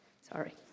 Sorry